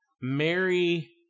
Mary